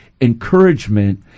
encouragement